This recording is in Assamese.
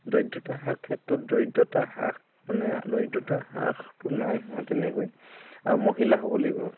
দৰিদ্ৰতা হ্ৰাসৰ ক্ষেত্ৰত দৰিদ্ৰতা হ্ৰাস মানে দৰিদ্ৰতা হ্ৰাসতো নাই হোৱা তেনেকৈ আৰু মহিলা সবলীকৰণ